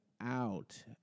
out